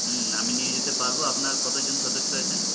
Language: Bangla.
হুম আমি নিয়ে যেতে পারব আপনার কতজন সদস্য আছেন